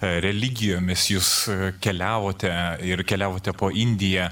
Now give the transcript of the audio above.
religijomis jūs keliavote ir keliavote po indiją